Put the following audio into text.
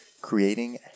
Creating